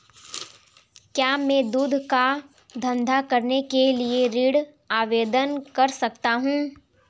क्या मैं दूध का धंधा करने के लिए ऋण आवेदन कर सकता हूँ?